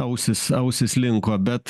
ausys ausys linko bet